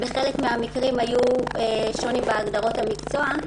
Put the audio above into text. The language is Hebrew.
בחלק מן המקרים היה שוני בהגדרות המקצוע,